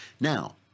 now